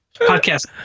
Podcast